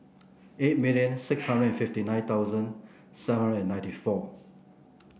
eight million six thousand and fifty nine thousand seven hundred and ninety four